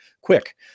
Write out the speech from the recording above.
quick